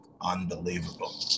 unbelievable